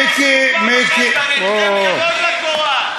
בקוראן לא מוזכר שום דבר, יש לי כבוד גדול לקוראן.